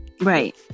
Right